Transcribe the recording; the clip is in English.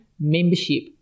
membership